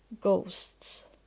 ghosts